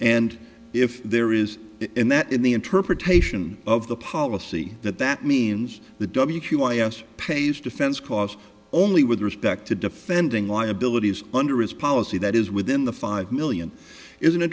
and if there is in that in the interpretation of the policy that that means the w q y s pays defense costs only with respect to defending liabilities under its policy that is within the five million is